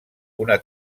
una